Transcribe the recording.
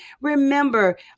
Remember